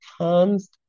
comes